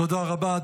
תודה רבה.